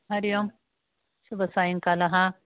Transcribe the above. हरि ओम् शुभसायङ्कालः